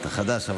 אתה חדש,